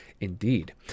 Indeed